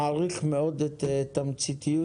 אני מעריך מאוד שהדברים נאמרו בתמצית.